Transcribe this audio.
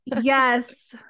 Yes